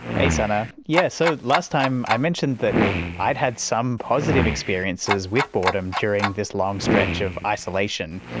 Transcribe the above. hey sana. yeah, so last time i mentioned that i'd had some positive experiences with boredom during this long stretch of isolation,